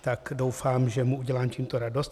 Tak doufám, že mu udělám tímto radost.